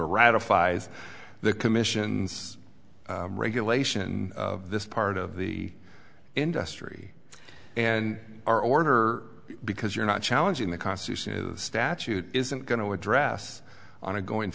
ratifies the commission's regulation of this part of the industry and our order because you're not challenging the constitution is a statute isn't going to address on a going